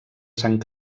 sant